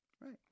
right